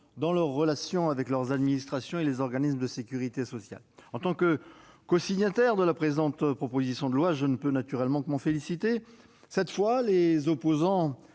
dans leurs relations avec les administrations et les organismes de sécurité sociale. En tant que cosignataire de la présente proposition de loi, je ne peux naturellement que m'en féliciter. Cette fois, les opposants